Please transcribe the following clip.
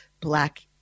black